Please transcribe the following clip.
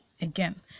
again